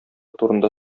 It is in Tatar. турында